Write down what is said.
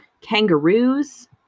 kangaroos